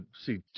see